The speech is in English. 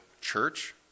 church